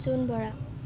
Jon Bora